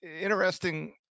interesting